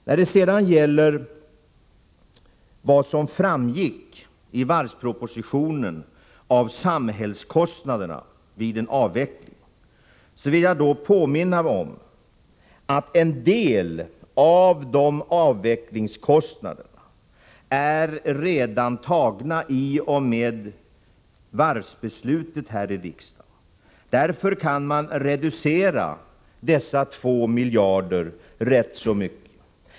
När det gäller varvspropositionens redogörelse beträffande samhällskostnaderna vid en avveckling vill jag påminna om att en del av avvecklingskostnaderna redan är avklarade i och med varvsbeslutet i riksdagen. Därför måste man reducera dessa 2 miljarder kronor ganska mycket.